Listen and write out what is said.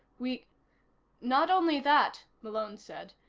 we not only that, malone said.